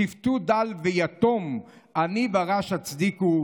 שפטו דל ויתום, עני ורש הצדיקו.